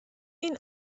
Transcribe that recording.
این